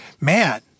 Man